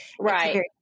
right